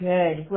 Good